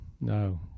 No